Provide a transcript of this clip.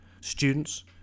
students